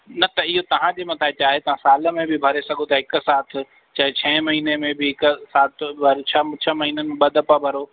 न त इहो तव्हांजे मथां आहे चाहे तव्हां साल में बि भरे सघो था हिकु साथ चाहे छहें महीने में बि हिकु साथ वरी छ्ह छह महीननि में ॿ दफ़ा भरियो